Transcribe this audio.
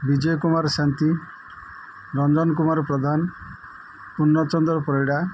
Bijay Kumar Shanti Ranjan Kumar Pradhan Purnachandra Parida